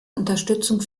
unterstützung